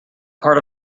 part